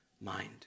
mind